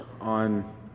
on